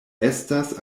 estas